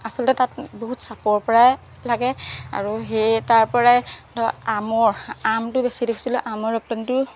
আচলতে তাত বহুত চাপৰৰ পৰাই লাগে আৰু সেয়ে তাৰপৰাই ধৰ আমৰ আমটো বেছি দেখিছিলো আমৰ ৰপ্তানিটো